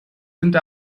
sind